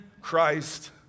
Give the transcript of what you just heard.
Christ